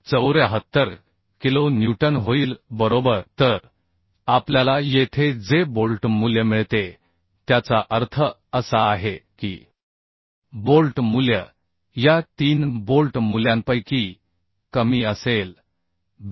74 kilonewton होईल बरोबर तर आपल्याला येथे जे बोल्ट मूल्य मिळते त्याचा अर्थ असा आहे की बोल्ट मूल्य या तीन बोल्ट मूल्यांपैकी कमी असेल Bv